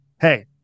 hey